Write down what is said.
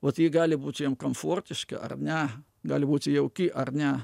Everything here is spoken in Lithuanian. vat ji gali būti komfortiška ar ne gali būti jauki ar ne